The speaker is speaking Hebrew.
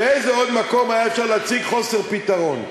באיזה עוד מקום היה אפשר להציג חוסר פתרון?